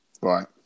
Right